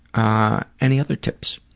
ah, any other tips?